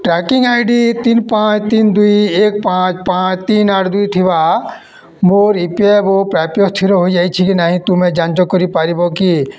tracking I D ତିନି ପାଞ୍ଚ ତିନି ଦୁଇ ଏକ ପାଞ୍ଚ ପାଞ୍ଚ ତିନି ଆଠ ଦୁଇ ଥିବା ମୋର ଇ ପି ଏଫ୍ ଓ ପ୍ରାପ୍ୟ ସ୍ଥିର ହୋଇଯାଇଛି କି ନାହିଁ ତୁମେ ଯାଞ୍ଚ କରିପାରିବ କି